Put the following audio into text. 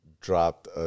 dropped